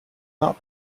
not